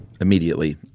immediately